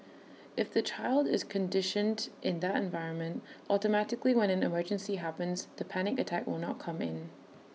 if the child is conditioned in that environment automatically when an emergency happens the panic attack will not come in